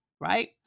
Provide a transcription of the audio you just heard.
right